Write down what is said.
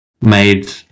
made